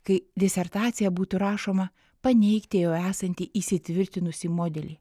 kai disertacija būtų rašoma paneigti jau esantį įsitvirtinusį modelį